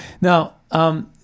Now